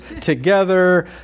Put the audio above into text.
together